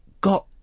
got